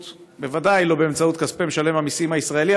בוודאי לא באמצעות כספי משלם המיסים הישראלי,